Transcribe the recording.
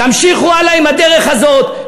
תמשיכו הלאה עם הדרך הזאת,